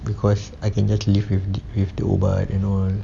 because I can just live with the with the ubat and all